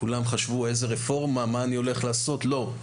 כולם חשבו איזו רפורמה, מה אני הולך לעשות לא.